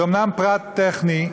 זה אומנם פרט טכני,